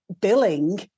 billing